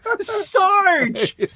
Sarge